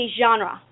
genre